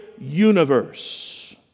universe